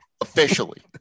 Officially